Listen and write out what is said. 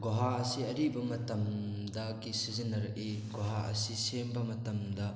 ꯒꯨꯍꯥ ꯑꯁꯤ ꯑꯔꯤꯕ ꯃꯇꯝꯗꯒꯤ ꯁꯤꯖꯤꯟꯅꯔꯛꯏ ꯒꯨꯍꯥ ꯑꯁꯤ ꯁꯦꯝꯕ ꯃꯇꯝꯗ